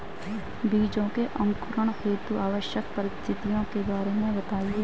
बीजों के अंकुरण हेतु आवश्यक परिस्थितियों के बारे में बताइए